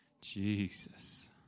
Jesus